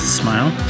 smile